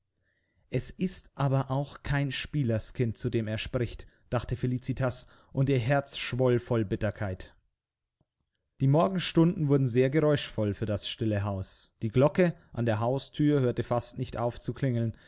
es ist aber auch kein spielerskind zu dem er spricht dachte felicitas und ihr herz schwoll voll bitterkeit die morgenstunden wurden sehr geräuschvoll für das stille haus die glocke an der hausthür hörte fast nicht